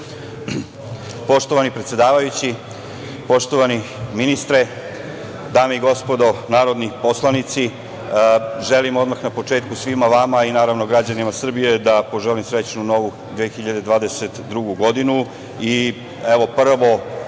Poštovani predsedavajući, poštovani ministre, dame i gospodo narodni poslanici, želim odmah na početku svima vama, naravno i građanima Srbije, da poželim srećnu novu 2022. godinu. Prvo